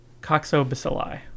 coxobacilli